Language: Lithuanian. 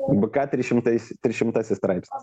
bk trys šimtai trys šimtasis straipsnis